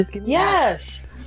yes